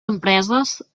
empreses